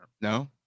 No